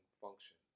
function